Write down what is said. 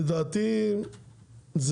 אני